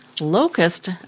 Locust